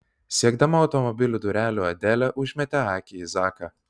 siekdama automobilio durelių adelė užmetė akį į zaką